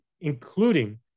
including